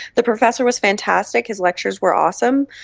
the professor was fantastic, his lectures were awesome,